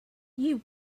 you